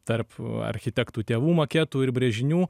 tarp architektų tėvų maketų ir brėžinių